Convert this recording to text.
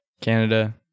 Canada